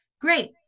great